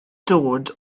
dod